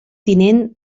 tinent